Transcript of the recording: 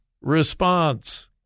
response